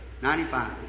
95